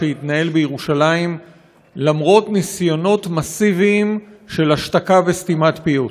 שהתנהל בירושלים למרות ניסיונות מסיביים של השתקה וסתימת פיות.